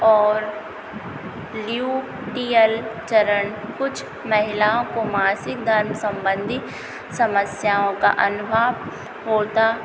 और ल्यूटियल चरण कुछ महिलाओं को मासिक धर्म संबंधी समस्याओं का अनुभव होता